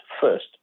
first